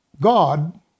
God